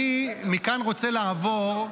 מכאן אני רוצה לעבור,